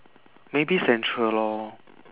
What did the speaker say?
maybe central lor